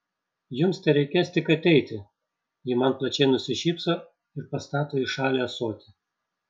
jums tereikės tik ateiti ji man plačiai nusišypso ir pastato į šalį ąsotį